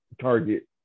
target